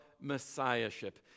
messiahship